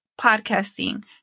podcasting